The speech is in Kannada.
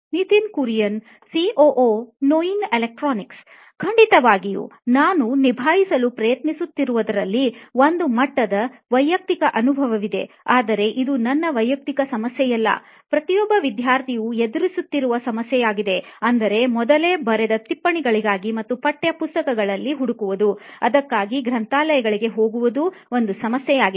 ನಿತಿನ್ ಕುರಿಯನ್ ಸಿಒಒ ನೋಯಿನ್ ಎಲೆಕ್ಟ್ರಾನಿಕ್ಸ್ ಖಂಡಿತವಾಗಿಯೂ ನಾವು ನಿಭಾಯಿಸಲು ಪ್ರಯತ್ನಿಸುತ್ತಿರುವುದರಲ್ಲಿ ಒಂದು ಮಟ್ಟದ ವೈಯಕ್ತಿಕ ಅನುಭವವಿದೆ ಆದರೆ ಇದು ನನ್ನ ವೈಯಕ್ತಿಕ ಸಮಸ್ಯೆಯಲ್ಲ ಪ್ರತಿಯೊಬ್ಬ ವಿದ್ಯಾರ್ಥಿಯು ಎದುರಿಸುತ್ತಿರುವ ಸಮಸ್ಯೆಯಾಗಿದೆ ಅಂದರೆ ಮೊದಲೇ ಬರೆದ ಟಿಪ್ಪಣಿಗಳಿಗಾಗಿ ಮತ್ತೆ ಪಠ್ಯಪುಸ್ತಕಗಳಲ್ಲಿ ಹುಡುಕುವುದು ಅದಕ್ಕಾಗಿ ಗ್ರಂಥಾಲಯಗಳಿಗೆ ಹೋಗುವುದು ಒಂದು ಸಮಸ್ಯೆಯಾಗಿದೆ